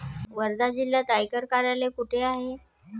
वर्धा जिल्ह्यात आयकर कार्यालय कुठे आहे?